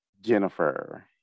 Jennifer